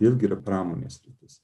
irgi yra pramonės sritis